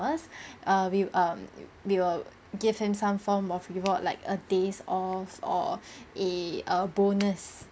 ~ers(err) we um we will give him some form of reward like a days off or eh a bonus